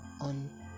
on